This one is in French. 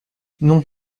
non